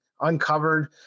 uncovered